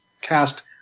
cast